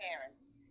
Parents